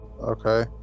Okay